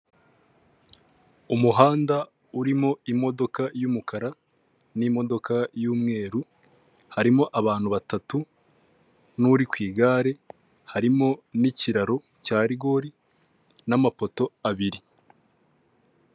Umuhanda urimo imodoka y'umukara n'imodoka y'umweru harimo abantu batatu, uri ku igare harimo n'ikiraro cya rigori n'amapoto abiri.